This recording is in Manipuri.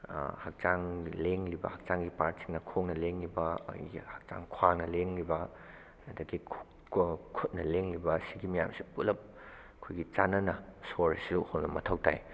ꯍꯛꯆꯥꯡꯒ ꯂꯦꯡꯂꯤꯕ ꯍꯛꯆꯥꯡꯒꯤ ꯄꯥꯠꯁꯤꯡꯅ ꯈꯣꯡꯅ ꯂꯦꯡꯉꯤꯕ ꯑꯗꯒꯤ ꯍꯛꯆꯥꯡ ꯈ꯭ꯋꯥꯡꯅ ꯂꯦꯡꯂꯤꯕ ꯑꯗꯒꯤ ꯈꯨꯠꯅ ꯂꯦꯡꯂꯤꯕ ꯁꯤꯒꯤ ꯃꯌꯥꯝꯁꯦ ꯄꯨꯜꯞ ꯑꯩꯈꯣꯏꯒꯤ ꯆꯥꯟꯅꯕ ꯁꯣꯔꯁꯤꯁꯨ ꯍꯣꯟꯕ ꯃꯊꯧ ꯇꯥꯏ